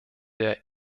der